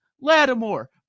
Lattimore